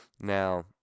Now